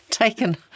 taken